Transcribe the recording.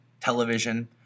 television